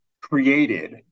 created